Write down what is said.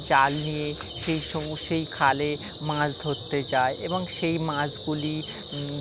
জাল নিয়ে সেই সম সেই খালে মাছ ধরতে যায় এবং সেই মাছগুলি